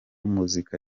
muzika